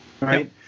Right